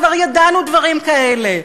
כבר ידענו דברים כאלה.